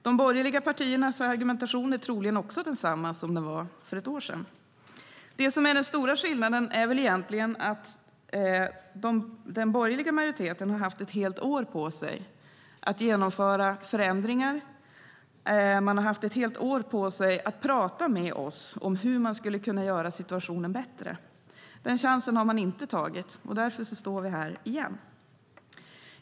De borgerliga partiernas argument är troligen också desamma som för ett år sedan. Den stora skillnaden är väl egentligen att den borgerliga majoriteten nu har haft ett helt år på sig att genomföra förändringar. Man har haft ett helt år på sig att prata med oss om hur man skulle kunna göra situationen bättre. Denna chans har man inte tagit. Därför står vi nu här igen.